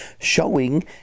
showing